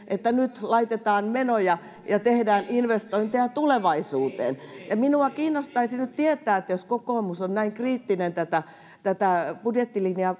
että nyt laitetaan menoja ja tehdään investointeja tulevaisuuteen minua kiinnostaisi nyt tietää että jos kokoomus on näin kriittinen tätä tätä budjettilinjaa